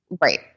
Right